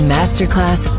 Masterclass